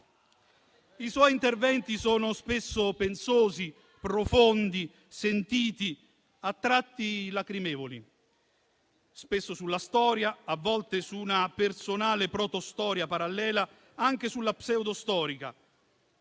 I suoi interventi sono spesso pensosi, profondi, sentiti, a tratti lacrimevoli, spesso sulla storia, a volte su una personale protostoria parallela, anche sulla pseudo-storia,